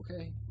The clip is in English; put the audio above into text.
Okay